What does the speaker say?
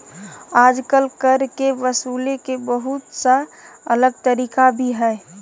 आजकल कर के वसूले के बहुत सा अलग तरीका भी हइ